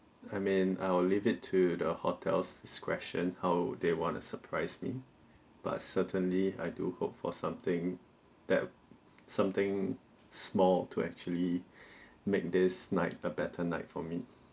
I mean I will leave it to the hotel's discretion how they want to surprise me but certainly I do hope for something that something small to actually make this night a better night for me